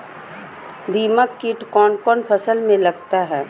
दीमक किट कौन कौन फसल में लगता है?